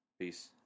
peace